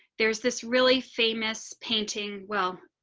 there's this really famous painting. well,